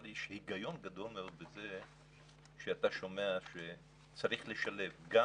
אבל יש הגיון גדול מאוד בזה שאתה שומע שצריך לשלב גם